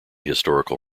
historical